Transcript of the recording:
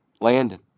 Landon